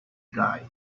guy